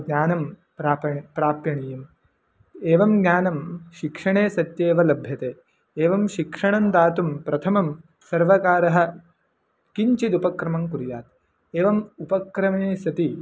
ज्ञानं प्रापणे प्रापणीयम् एवं ज्ञानं शिक्षणे सत्येव लभ्यते एवं शिक्षणं दातुं प्रथमं सर्वकारः किञ्चिद् उपक्रमं कुर्यात् एवम् उपक्रमे सति